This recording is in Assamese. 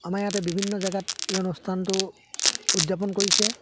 আমাৰ ইয়াতে বিভিন্ন জেগাত এই অনুষ্ঠানটো উদযাপন কৰিছে